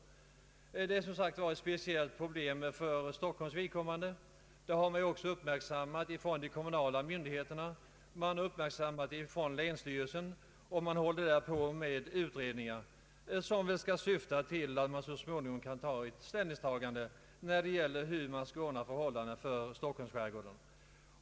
Detta är som sagt ett speciellt problem för Stockholms vidkommande. Det har också uppmärksammats av de kommunala myndigheterna och av länsstyrelsen, och man håller där på med utredningar, som väl syftar till att man så småningom skall kunna ta ställning till hur förhållandena skall ordnas i Stockholms skärgård.